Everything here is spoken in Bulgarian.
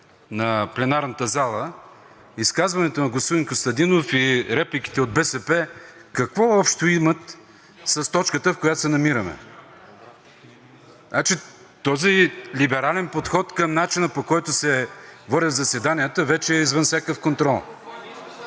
на пленарната зала изказването на господин Костадинов и репликите от БСП какво общо имат с точката, в която се намираме? Този либерален подход към начина, по който се водят заседанията, вече е извън всякакъв контрол.